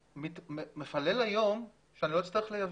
מקווה היום שאני לא הצטרך לייבא.